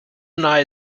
nahe